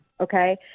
Okay